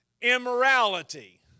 immorality